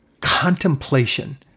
contemplation